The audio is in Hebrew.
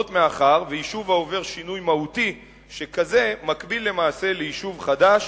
מאחר שיישוב העובר שינוי מהותי שכזה מקביל למעשה ליישוב חדש